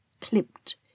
clipped